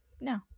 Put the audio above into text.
No